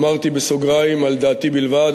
אמרתי בסוגריים על דעתי בלבד.